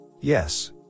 yes